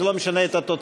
זה לא משנה את התוצאות,